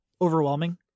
overwhelming